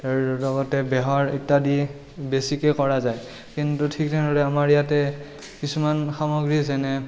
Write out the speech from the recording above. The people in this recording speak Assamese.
তাৰ লগতে বেহৰ ইত্যাদি বেছিকৈ কৰা যায় কিন্তু ঠিক তেনেদৰে আমাৰ ইয়াতে কিছুমান সামগ্ৰী যেনে